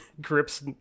grips